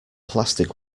plastic